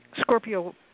Scorpio